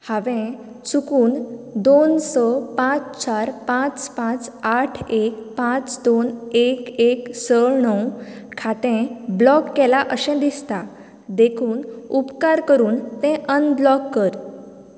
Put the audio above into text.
हांवें चुकून दोन स पांच चार पांच पांच आठ एक पांच दोन एक एक स णव खातें ब्लॉक केलां अशें दिसतां देखून उपकार करून तें अनब्लॉक कर